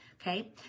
okay